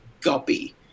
guppy